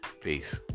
peace